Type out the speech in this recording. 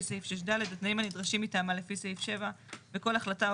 סעיף 6(ד) התנאים הנדרשים מטעמה לפי סעיף 7 וכל החלטה או